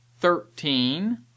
thirteen